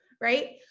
right